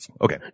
Okay